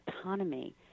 autonomy